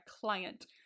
client